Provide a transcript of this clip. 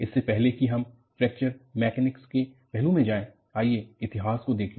इससे पहले कि हम फ्रैक्चर मैकेनिक्स के पहलू में जाएं आइए इतिहास को देखें